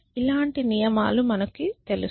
ఇలాంటి నియమాలు మనకు తెలుసు